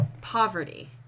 Poverty